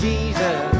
Jesus